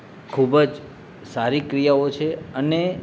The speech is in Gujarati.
ખૂબ જ સારી ક્રિયાઓ છે અને